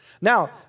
Now